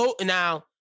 Now